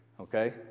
Okay